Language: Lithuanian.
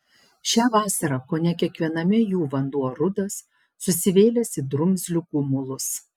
šią vasarą kone kiekviename jų vanduo rudas susivėlęs į drumzlių gumulus